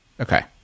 Okay